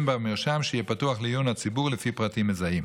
במרשם שיהיה פתוח לעיון הציבור לפי פרטים מזהים.